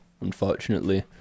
unfortunately